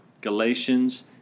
Galatians